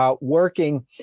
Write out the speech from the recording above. working